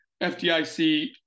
FDIC